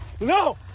No